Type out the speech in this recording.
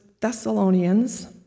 Thessalonians